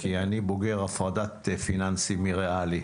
כי אני בוגר הפרדת פיננסי מריאלי.